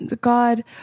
God